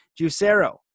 Juicero